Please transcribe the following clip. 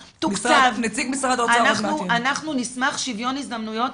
נציג משרד האוצר עוד מעט --- אנחנו נשמח לשוויון הזדמנויות.